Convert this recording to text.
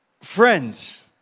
Friends